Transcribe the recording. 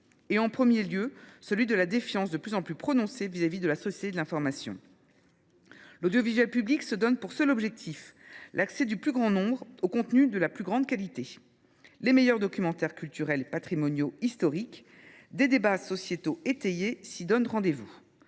en premier lieu celui de la défiance de plus en plus prononcée vis à vis de la société de l’information. L’audiovisuel public se donne pour seul objectif l’accès du plus grand nombre aux contenus de la plus grande qualité : les meilleurs documentaires culturels, patrimoniaux, historiques et des débats sociétaux étayés s’y donnent rendez vous.